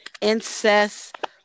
incest